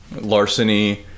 Larceny